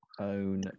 own